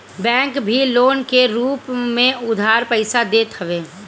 bank भी loan के रूप में उधार पईसा देत हवे